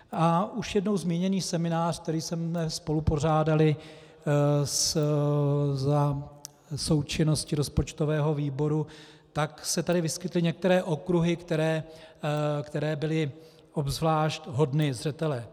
A už jednou zmíněný seminář, který jsme spolupořádali za součinnosti rozpočtového výboru, tady vyskytly některé okruhy, které byly obzvlášť hodny zřetele.